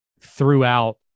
throughout